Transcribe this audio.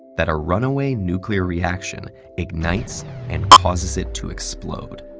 that a runaway nuclear reaction ignites and causes it to explode.